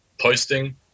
posting